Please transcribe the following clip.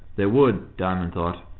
they would, diamond thought,